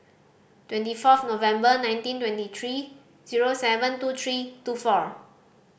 twenty fourth November nineteen twenty three zero seven two three two four